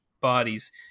bodies